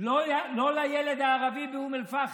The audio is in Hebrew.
לא לילד הערבי מאום אל-פחם.